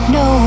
no